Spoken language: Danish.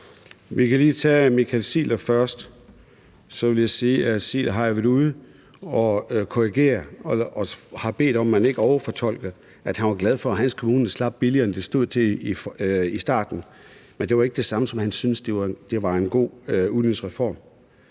Der vil jeg sige, at Ziegler jo har været ude at korrigere og bedt om, at man ikke overfortolkede, at han var glad for, at hans kommune slap billigere, end det stod til i starten, og har sagt, at det ikke var det samme, som at han syntes, det var en god udligningsreform.